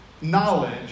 knowledge